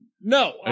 No